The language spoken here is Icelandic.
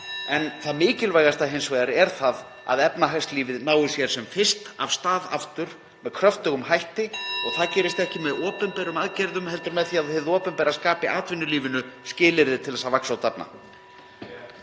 En það mikilvægasta er hins vegar að efnahagslífið nái sér sem fyrst af stað aftur með kröftugum hætti og það gerist ekki með opinberum aðgerðum heldur með því að hið opinbera skapi atvinnulífinu skilyrði til að vaxa og dafna.